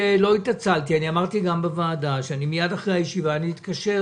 אמרתי בוועדה שמיד אחרי הישיבה אני אתקשר